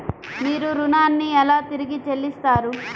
మీరు ఋణాన్ని ఎలా తిరిగి చెల్లిస్తారు?